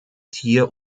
tier